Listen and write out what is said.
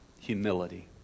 humility